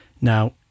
now